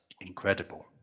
incredible